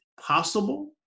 possible